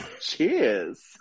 Cheers